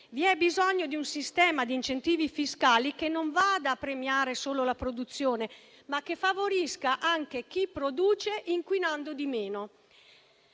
vi è bisogno di un sistema di incentivi fiscali che non solo vada a premiare la produzione, ma favorisca anche chi produce inquinando di meno.